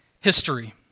history